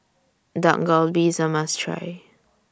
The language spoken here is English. Dak Galbi IS A must Try